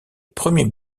premier